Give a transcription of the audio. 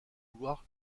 vouloir